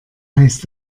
heißt